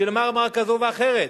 "מרמרה" כזו ואחרת.